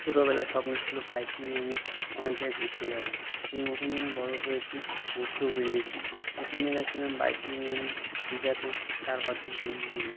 ছোটবেলায় স্বপ্ন ছিল বাইক নিয়ে আমি অনেক জায়গায় ঘুরতে যাব সেই মতন যখন বড় হয়েছি ঘুরতেও বেরিয়েছি প্রথমে গিয়েছিলাম বাইক নিয়ে আমি দীঘাতে চার পাঁচ জন বন্ধু মিলে